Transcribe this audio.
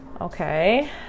Okay